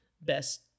best